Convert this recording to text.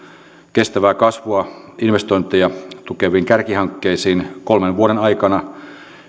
kestävää kasvua investointeja tukeviin kärkihankkeisiin kolmen vuoden aikana